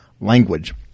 language